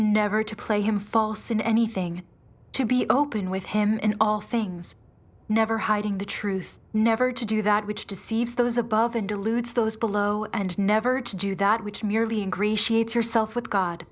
never to play him false in anything to be open with him in all things never hiding the truth never to do that which deceives those above and deludes those below and never to do that which merely ingratiate yourself with god